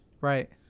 Right